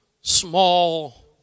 small